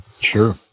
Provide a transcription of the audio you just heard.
Sure